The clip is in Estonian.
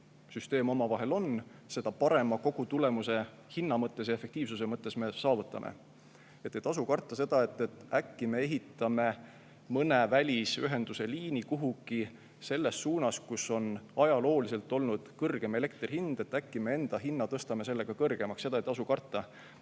süsteem omavahel on, seda parema kogutulemuse hinna mõttes ja efektiivsuse mõttes me saavutame. Ei tasu karta seda, et äkki me ehitame mõne välisühenduse liini kuhugi selles suunas, kus on ajalooliselt olnud kõrgem elektri hind, ja äkki me enda hinna tõstame sellega kõrgemaks. Seda ei tasu karta.